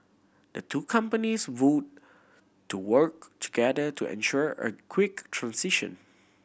the two companies vowed to work together to ensure a quick transition